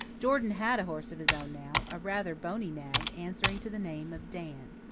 jordan had a horse of his own now, a rather bony nag, answering to the name of dan.